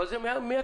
אבל זה מייקר.